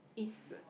East